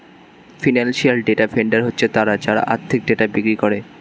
financial data vendor হচ্ছে তারা যারা আর্থিক ডেটা বিক্রি করে